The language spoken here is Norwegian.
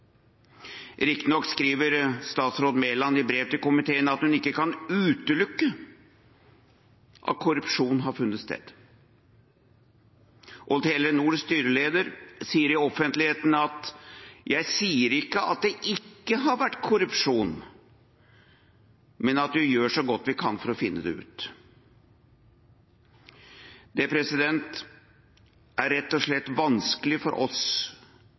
Riktignok skriver statsråd Mæland i brev til komiteen at hun ikke kan utelukke at korrupsjon har funnet sted. Og Telenors styreleder sier i offentligheten: Jeg sier ikke at det ikke har vært korrupsjon, men at vi gjør så godt vi kan for å finne det ut. Det er rett og slett vanskelig for oss